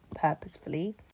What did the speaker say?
purposefully